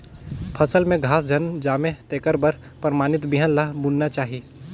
फसल में घास झन जामे तेखर बर परमानित बिहन ल बुनना चाही